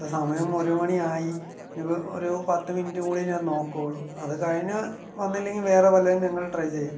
ഇപ്പോൾ സമയം ഒരു മണിയായി ഇനി ഒരു പത്ത് കൂടിയേ ഞാൻ നോക്കൂള്ളൂ അത് കഴിഞ്ഞ വന്നില്ലെങ്കിൽ വേറെ വല്ലതും ഞങ്ങൾ ട്രൈ ചെയ്യാം